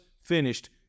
finished